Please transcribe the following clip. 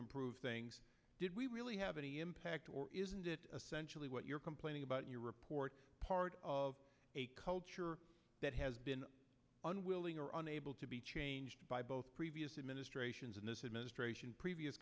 improve things did we really have any impact or isn't it essentially what you're complaining about your report part of a culture that has been unwilling or unable to be changed by both previous administrations in this administration previous